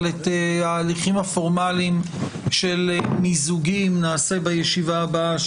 אבל את ההליכים הפורמליים של מיזוגים נעשה בישיבה הבאה,